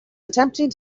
attempting